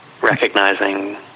recognizing